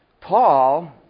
Paul